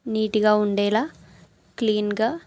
నీట్గా ఉండేలా క్లీన్గా